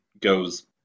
goes